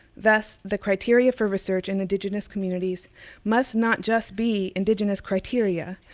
thus, the criteria for research in indigenous communities must not just be indigenous criteria,